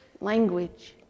language